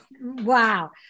Wow